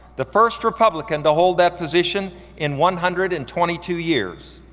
the first republican to hold that position in one hundred and twenty two years.